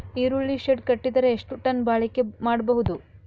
ಈರುಳ್ಳಿ ಶೆಡ್ ಕಟ್ಟಿದರ ಎಷ್ಟು ಟನ್ ಬಾಳಿಕೆ ಮಾಡಬಹುದು?